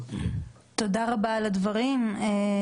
כולל תרופות נרקוטיות מסוג אוקסיקונטינים,